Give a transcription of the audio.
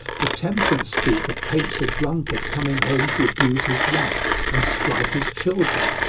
the temperance speaker paints a drunkard coming home to abuse his wife and strike his children.